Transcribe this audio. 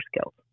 skills